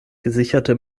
gesicherte